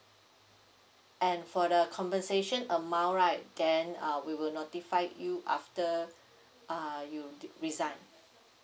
and for the compensation amount right then uh we will notify you after uh you resign